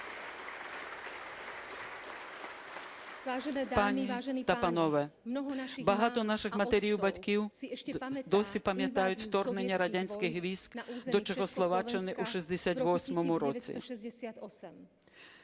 Пані та панове, багато наших матерів і батьків досі пам'ятають вторгнення радянських військ до Чехословаччини у 68-му році.